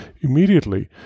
immediately